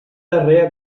darrer